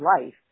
life